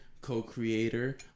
co-creator